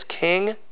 king